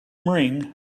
ring